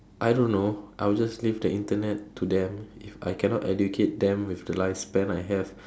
I don't know I will just leave the Internet to them if I cannot educate them with the lifespan I have